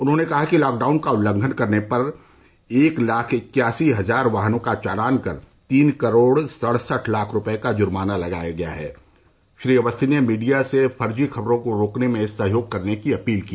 उन्होंने कहा कि लॉकडाउन का उल्लंघन करने पर एक लाख इक्यासी हजार वाहनों का चालान कर तीन करोड़ सड़सठ लाख रूपये का जुर्माना लगाया गया है श्री अवस्थी ने मीडिया से फर्जी खबरों को रोकने में सहयोग करने की अपील की